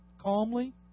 calmly